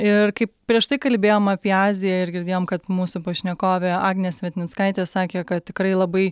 ir kaip prieš tai kalbėjom apie aziją ir girdėjom kad mūsų pašnekovė agnė svetnickaitė sakė kad tikrai labai